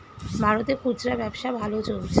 ভারতে খুচরা ব্যবসা ভালো চলছে